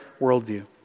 worldview